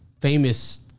famous